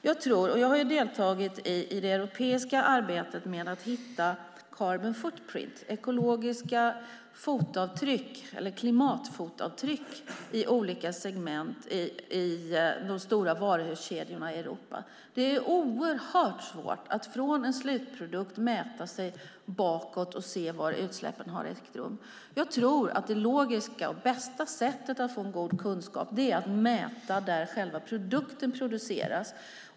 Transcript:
Jag har ju deltagit i det europeiska arbetet med att hitta carbon footprint, klimatfotavtryck, i olika segment i de stora varuhuskedjorna i Europa. Det är oerhört svårt att från en slutprodukt mäta sig bakåt och se var utsläppen har ägt rum. Jag tror att det logiska och bästa sättet att få god kunskap är att mäta där själva varan produceras.